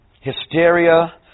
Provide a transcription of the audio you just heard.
hysteria